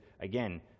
again